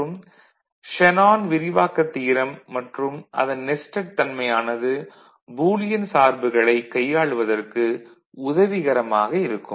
மற்றும் ஷேனான் விரிவாக்கத் தியரம் மற்றும் அதன் நெஸ்டட் தன்மையானது பூலியன் சார்புகளைக் கையாளுவதற்கு உதவிகரமாக இருக்கும்